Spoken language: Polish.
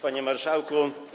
Panie Marszałku!